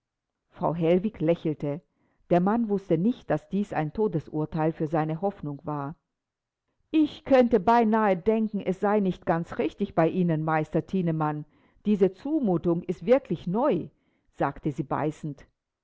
frau hellwig lächelte der mann wußte nicht daß dies ein todesurteil für seine hoffnung war ich könnte beinahe denken es sei nicht ganz richtig bei ihnen meister thienemann diese zumutung ist wirklich neu sagte sie beißend